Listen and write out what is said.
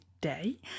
day